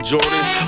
Jordans